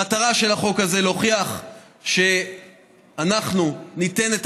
המטרה של החוק הזה היא להוכיח שאנחנו ניתן את